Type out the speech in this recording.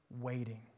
waiting